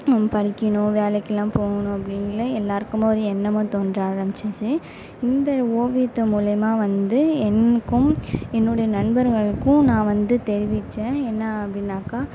படிக்கணும் வேலைக்கெலாம் போகணும் அப்படின்ல எல்லாருக்கும் ஒரு எண்ணமும் தோன்ற ஆரம்பிச்சிச்சு இந்த ஓவியத்தின் மூலிமா வந்து எனக்கும் என்னுடைய நண்பர்களுக்கும் நான் வந்து தெரிவித்தேன் என்ன அப்படினாக்கா